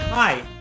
Hi